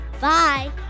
Bye